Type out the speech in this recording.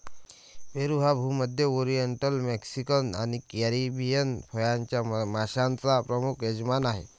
पेरू हा भूमध्य, oriental, Mexican आणि कॅरिबियन फळांच्या माश्यांचा प्रमुख यजमान आहे